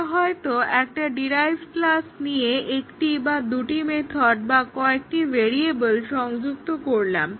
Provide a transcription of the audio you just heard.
আমরা হয়তো একটা ডিরাইভড ক্লাস নিয়ে একটি বা দুটি মেথড বা কয়েকটি ভ্যরিয়েবল সংযুক্ত করলাম